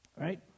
right